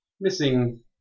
Missing